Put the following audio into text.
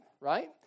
right